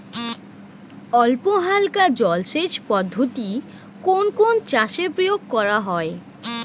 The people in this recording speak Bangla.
অল্পহালকা জলসেচ পদ্ধতি কোন কোন চাষে প্রয়োগ করা হয়?